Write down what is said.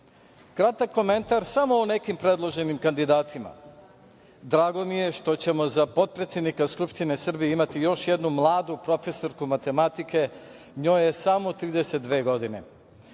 Kratak komentar samo o nekim predloženim kandidatima. Drago mi je što ćemo za potpredsednika Skupštine Srbije imati još jednu mladu profesorsku matematike, njoj je samo 32 godine.